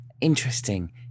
Interesting